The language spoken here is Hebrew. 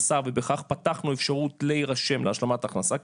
הכנסה ובכך פתחנו אפשרות להירשם להשלמת הכנסה,